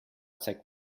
zeigt